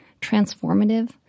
transformative